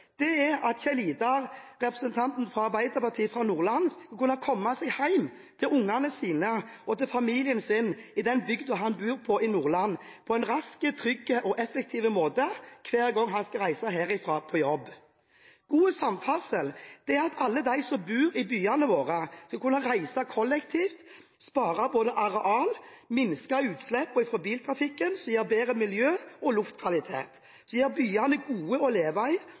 er at Kjell-Idar Juvik, representanten fra Arbeiderpartiet i Nordland, skal kunne komme seg hjem til barna sine og familien sin i bygda han bor i i Nordland på en rask, trygg og effektiv måte hver gang han skal reise fra jobb herfra. God samferdsel er at alle som bor i byene våre, skal kunne reise kollektivt. Det sparer areal, minsker utslippene fra biltrafikken, noe som gir bedre miljø og luftkvalitet, som gjør byene gode å leve i, og